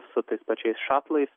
su tais pačiais šatlais